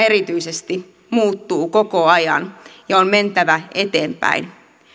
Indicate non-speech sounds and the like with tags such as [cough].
[unintelligible] erityisesti muuttuu koko ajan ja on mentävä eteenpäin